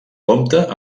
compta